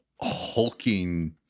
hulking